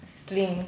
sling